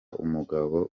umugabo